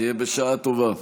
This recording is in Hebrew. שיהיה בשעה טובה.